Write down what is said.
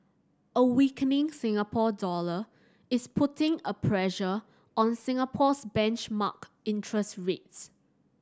a weakening Singapore dollar is putting a pressure on Singapore's benchmark interest rates